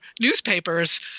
newspapers